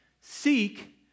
seek